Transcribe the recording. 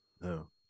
No